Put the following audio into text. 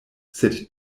sed